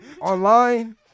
Online